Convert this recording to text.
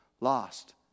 lost